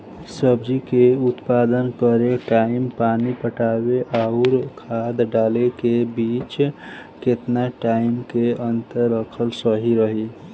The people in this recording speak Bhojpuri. सब्जी के उत्पादन करे टाइम पानी पटावे आउर खाद डाले के बीच केतना टाइम के अंतर रखल सही रही?